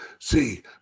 See